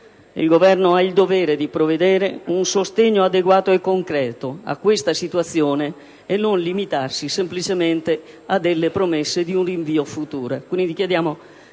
Il Governo ha il dovere di prevedere un sostegno adeguato e concreto a questa situazione e non limitarsi semplicemente alle promesse di un rinvio futuro.